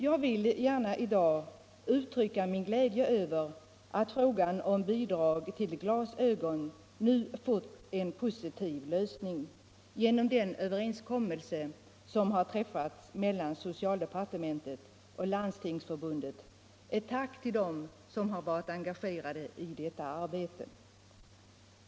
Jag vill gärna i dag uttrycka min glädje över att frågan om bidrag till glasögon nu fått en positiv lösning genom den överenskommelse som har träffats mellan socialdepartementet och Landstingsförbundet. Ett tack till dem som har varit engagerade i detta arbete!